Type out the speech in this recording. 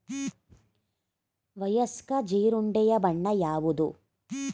ವಯಸ್ಕ ಜೀರುಂಡೆಯ ಬಣ್ಣ ಯಾವುದು?